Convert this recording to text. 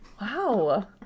Wow